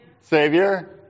Savior